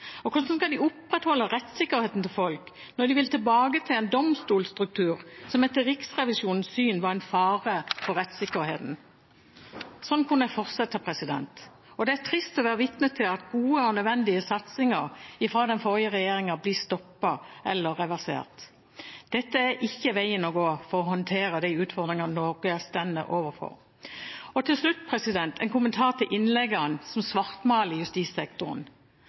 Hvordan skal de opprettholde rettssikkerheten til folk når de vil tilbake til en domstolstruktur som etter Riksrevisjonens syn var en fare for rettssikkerheten? Slik kunne jeg fortsatt – det er trist å være vitne til at gode og nødvendige satsinger fra den forrige regjeringen blir stoppet eller reversert. Dette er ikke veien å gå for å håndtere de utfordringene Norge står overfor. Til slutt en kommentar til innleggene hvor man svartmaler justissektoren: